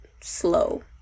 slow